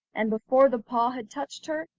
and before the paw had touched her,